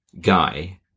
guy